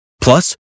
Plus